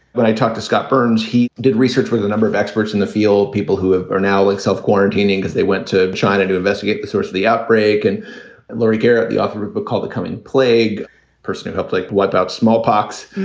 when i talked to scott burns, he did research where the number of experts in the field, people who are now like self quarantining because they went to china to investigate the source of the outbreak. and laurie garrett, the author of a book called the coming plague person who helped like wipe out smallpox.